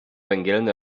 węgielny